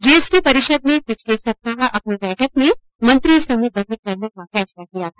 GST परिषद ने पिछले सप्ताह अपनी बैठक में मंत्रिसमूह गठित करने का फैसला किया था